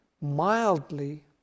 mildly